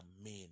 Amen